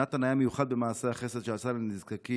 נתן היה מיוחד במעשי החסד שעשה לנזקקים,